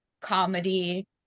comedy